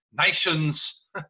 nations